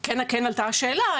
כן עלתה השאלה,